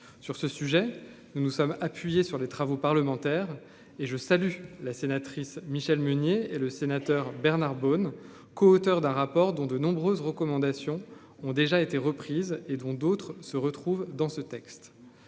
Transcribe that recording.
sur ce sujet, nous nous sommes appuyés sur les travaux parlementaires et je salue la sénatrice Michèle Meunier et le sénateur Bernard Bonne, coauteur d'un rapport dont de nombreuses recommandations ont déjà été reprises et dont d'autres se retrouvent dans ce texte,